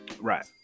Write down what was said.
right